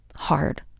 hard